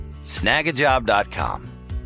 snagajob.com